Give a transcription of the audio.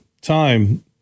time